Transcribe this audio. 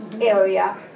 area